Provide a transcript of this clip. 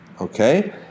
Okay